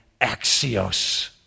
axios